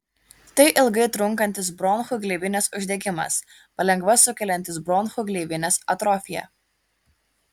tai ilgai trunkantis bronchų gleivinės uždegimas palengva sukeliantis bronchų gleivinės atrofiją